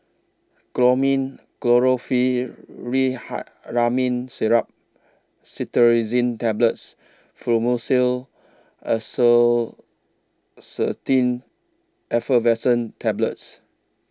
Chlormine Syrup Cetirizine Tablets and Fluimucil Effervescent Tablets